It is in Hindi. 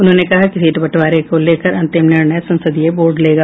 उन्होंने कहा कि सीट बंटवारे को लेकर अंतिम निर्णय संसदीय बोर्ड लेगा